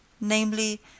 namely